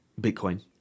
Bitcoin